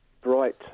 bright